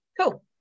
Cool